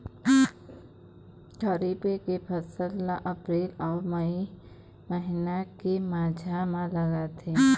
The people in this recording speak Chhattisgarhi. खरीफ के फसल ला अप्रैल अऊ मई महीना के माझा म लगाथे